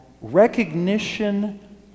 recognition